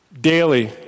Daily